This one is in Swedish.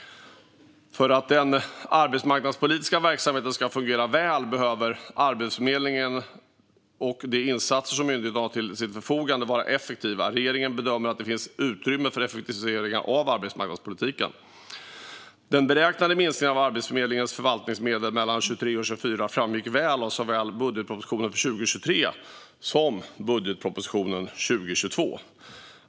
För att den arbetsmarknadspolitiska verksamheten ska fungera väl behöver Arbetsförmedlingen och de insatser som myndigheten har till sitt förfogande vara effektiva. Regeringen bedömer att det finns utrymme för effektiviseringar av arbetsmarknadspolitiken. Den beräknade minskningen av Arbetsförmedlingens förvaltningsmedel mellan 2023 och 2024 framgick av såväl budgetpropositionen för 2023 som budgetpropositionen för 2022.